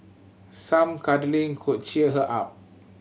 some cuddling could cheer her up